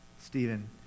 Stephen